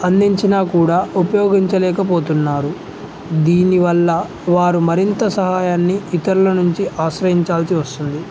అందించినా కూడా ఉపయోగించలేకపోతున్నారు దీనివల్ల వారు మరింత సహాయాన్ని ఇతరుల నుంచి ఆశ్రయించాల్సి వస్తుంది